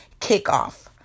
kickoff